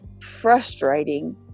frustrating